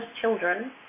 children